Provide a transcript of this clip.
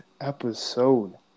episode